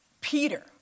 Peter